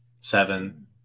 seven